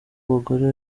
abagore